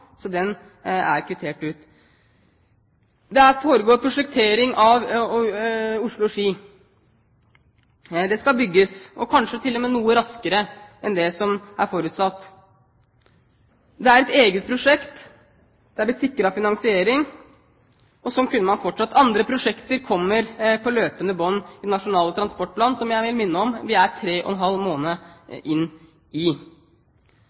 så den er kvittert ut. Det foregår prosjektering av dobbeltspor Oslo–Ski. Det skal bygges, og kanskje til og med noe raskere enn det som er forutsatt. Det er et eget prosjekt. Det er blitt sikret finansiering. Slik kunne man ha fortsatt. Andre prosjekter kommer på løpende bånd i Nasjonal transportplan, og jeg vil minne om at vi er tre og en halv måned inn i